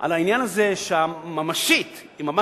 על העניין הזה היא ממש שולית,